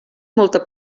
molta